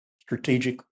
strategic